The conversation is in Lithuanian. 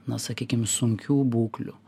na sakykim sunkių būklių